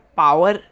power